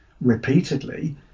repeatedly